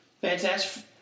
Fantastic